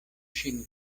ŝin